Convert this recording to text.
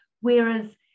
whereas